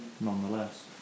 nonetheless